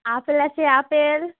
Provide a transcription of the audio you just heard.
apple আছে apple